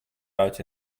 out